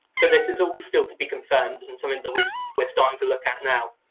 but this is all still to be confirmed and something that we're we're starting to look at now.